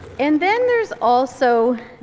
and then there's also